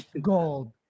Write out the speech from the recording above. gold